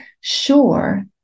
sure